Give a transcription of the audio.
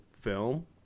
film